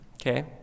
okay